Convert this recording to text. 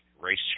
Race